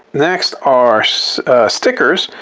next are stickers.